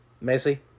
Macy